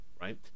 right